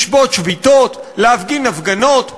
לשבות שביתות, להפגין הפגנות.